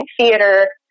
Theater